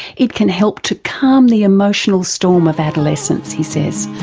it can help to calm the emotional storm of adolescence, he says.